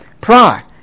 Pride